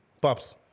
Pops